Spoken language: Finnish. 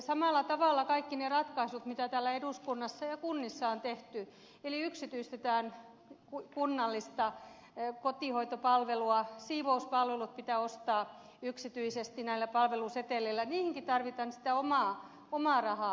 samalla tavalla kaikissa niissä ratkaisuissa mitä täällä eduskunnassa ja kunnissa on tehty eli yksityistetään kunnallista kotihoitopalvelua siivouspalvelut pitää ostaa yksityisesti näillä palveluseteleillä niihinkin tarvitaan sitä omaa rahaa